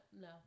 no